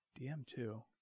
DM2